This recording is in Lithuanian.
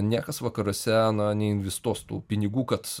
niekas vakaruose na neinvestuos tų pinigų kad